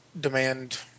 demand